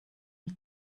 wie